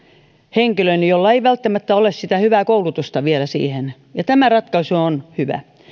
henkilön jolla ei välttämättä ole vielä hyvää koulutusta siihen ja tämä ratkaisu on hyvä